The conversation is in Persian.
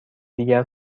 دیگر